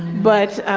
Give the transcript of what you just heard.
but